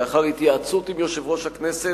לאחר התייעצות עם יושב-ראש הכנסת,